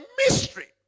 mystery